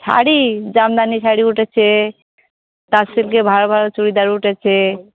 শাড়ি জামদানি শাড়ি উঠেছে তার সিল্কে ভালো ভালো চুড়িদার উঠেছে